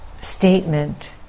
statement